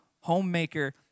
homemaker